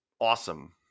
awesome